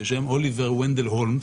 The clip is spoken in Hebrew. אוליבר ונדל הולמס: